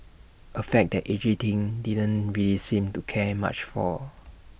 A fact that edgy teen didn't really seem to care much for